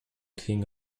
king